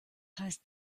heißt